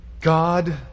God